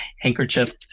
handkerchief